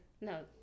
No